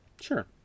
Sure